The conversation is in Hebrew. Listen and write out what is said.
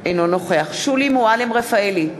אינו נוכח שולי מועלם-רפאלי,